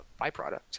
byproduct